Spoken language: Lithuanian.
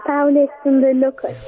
saulės spinduliukas